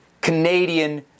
Canadian